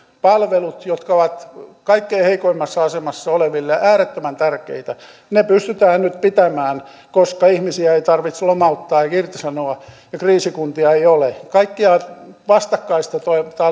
palvelut jotka ovat kaikkein heikoimmassa asemassa oleville äärettömän tärkeitä pystytään nyt pitämään koska ihmisiä ei tarvitse lomauttaa eikä irtisanoa kriisikuntia ei ole kaikkiaan vastakkaista